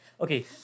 Okay